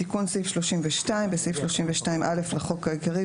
תיקון סעיף 32. בסעיף 32(א) לחוק העיקרי,